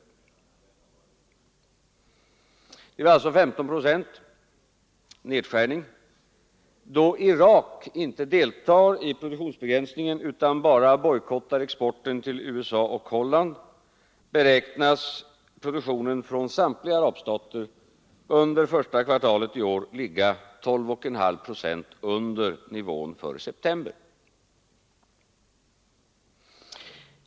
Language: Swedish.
Beslutet gällde alltså en 15-procentig nedskärning. Då Irak inte deltar i produktionsbegränsningen utan bara bojkottar exporten till USA och Holland, beräknas produktionen från samtliga arabstater under första kvartalet i år ligga 12,5 procent under nivån för september.